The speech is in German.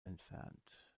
entfernt